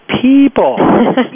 people